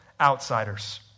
outsiders